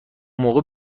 موقع